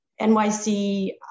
NYC